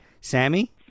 Sammy